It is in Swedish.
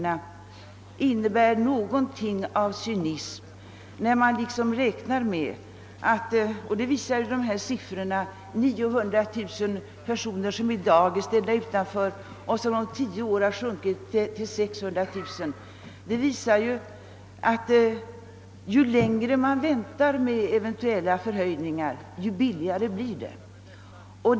Det förefaller nämligen som om man väntar på att antalet personer som i dag är ställda utanför ATP-systemet — och som uppgår till 900 000 — om tio år skall ha sjunkit till 600 000. Ju längre man drö jer med eventuella förbättringar, desto billigare blir det ju.